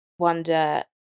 wonder